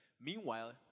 Meanwhile